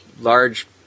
large